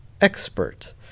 expert